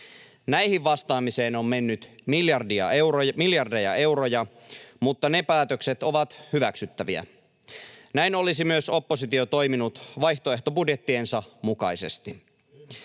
Näihin vastaamiseen on mennyt miljardeja euroja, mutta ne päätökset ovat hyväksyttäviä. Näin olisi myös oppositio toiminut vaihtoehtobudjettiensa mukaisesti.